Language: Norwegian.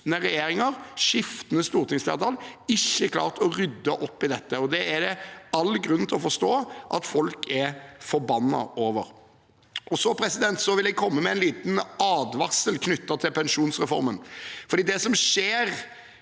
regjeringer og skiftende stortingsflertall ikke klart å rydde opp i det. Og det er det all grunn til å forstå at folk er forbannet over. Så vil jeg komme med en liten advarsel knyttet til pensjonsreformen, for det som skjer